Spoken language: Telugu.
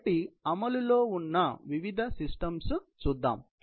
కాబట్టి అమలులో ఉన్న వివిధ సిస్టమ్స్ చూద్దాం